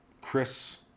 Chris